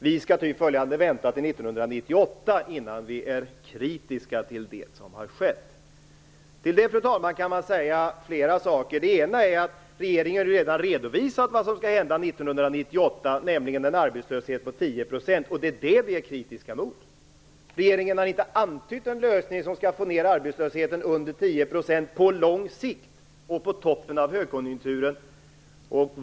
Vi skall följaktligen vänta till 1998 innan vi är kritiska till det som har skett. Till det, fru talman, kan man säga flera saker. Exempelvis har ju regeringen redan redovisat vad som skall hända 1998, nämligen att vi får en arbetslöshet på 10 %. Det är det vi är kritiska mot. Regeringen har på toppen av högkonjunkturen inte antytt en lösning som skall få ned arbetslösheten under 10 % på lång sikt.